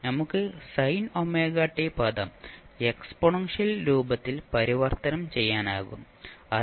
നമുക്ക് sin ωt പദം exponential രൂപത്തിൽ പരിവർത്തനം ചെയ്യാനാകും അത്